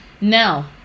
Now